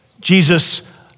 Jesus